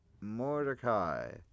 Mordecai